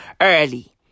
early